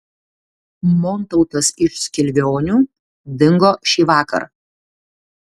montautas iš skilvionių dingo šįvakar